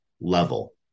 level